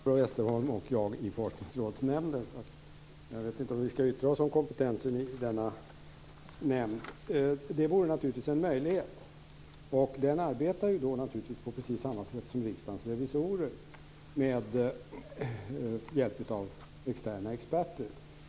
Fru talman! Nu sitter både Barbro Westerholm och jag i Forskningsrådsnämnden, så jag vet inte om vi skall yttra oss om kompetensen i denna nämnd. Det vore naturligtvis en möjlighet. Den arbetar på precis samma sätt som Riksdagens revisorer, med hjälp av externa experter.